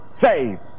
save